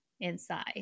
inside